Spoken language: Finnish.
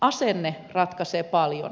asenne ratkaisee paljon